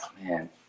man